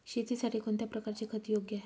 शेतीसाठी कोणत्या प्रकारचे खत योग्य आहे?